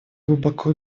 глубоко